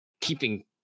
keeping